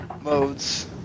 modes